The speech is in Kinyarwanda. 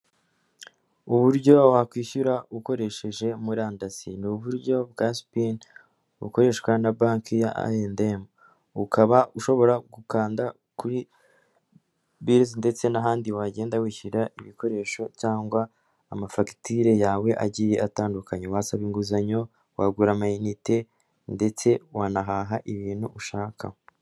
Uburyo wakwishyura ukoresheje murandasi n'uburyo bwa sipini bukoreshwa na banki ya ayendemu ukaba ushobora gukanda kuri bizi ndetse n'ahandi wagenda wishyura ibikoresho cyangwa amafagitire yawe agiye atandukanye wasaba inguzanyo wagura amayinite ndetse wanahaha ibintu ushaka.